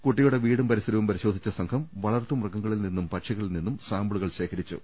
കുട്ടി യുടെ വീടും പരിസരവും പരിശോധിച്ച സംഘം വളർത്തുമൃഗങ്ങളിൽ നിന്നും പക്ഷികളിൽ നിന്നും സാമ്പിളുകൾ ശേഖരിച്ചു